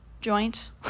joint